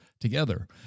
together